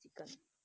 chicken